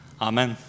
Amen